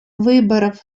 выборов